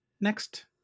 next